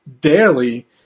daily